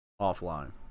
offline